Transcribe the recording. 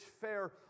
fair